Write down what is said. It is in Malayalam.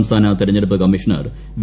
സംസ്ഥാന തെരഞ്ഞെടുപ്പ് കമ്മീഷണർ വി